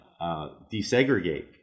desegregate